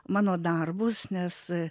mano darbus nes